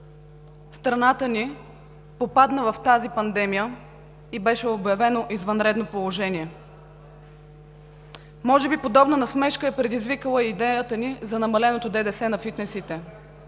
страната ни попадна в тази пандемия и беше обявено извънредно положение. Може би подобна насмешка е предизвикала и идеята ни за намаленото ДДС на фитнесите,